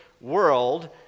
world